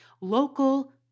Local